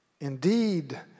indeed